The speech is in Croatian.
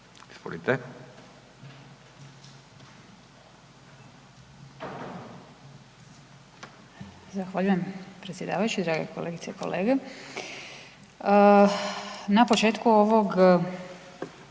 Zahvaljujem predsjedavajući, drage kolegice i kolege. Na početku ovog